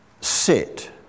sit